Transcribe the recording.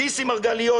זיסי מרגליות,